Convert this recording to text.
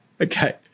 Okay